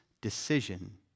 decision